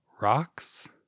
rocks